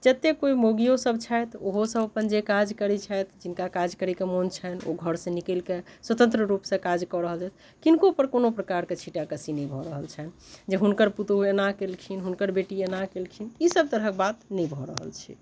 जतेक कोइ मौगिओसभ छथि ओहोसभ अपन जे काज करैत छथि जिनका काज करयके मोन छनि ओ घरसँ निकलिके स्वतन्त्र रूपसँ काज कऽ रहल छथि किनकोपर कोनो प्रकारके छीँटाकसी नहि भऽ रहल छनि जे हुनकर पुतोहु एना कयलखिन हुनकर बेटी एना कयलखिन ईसभ तरहक बात नहि भऽ रहल छै